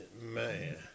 Man